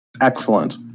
Excellent